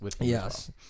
Yes